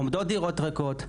עומדו תדירות ריקות,